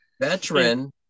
Veteran